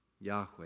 Yahweh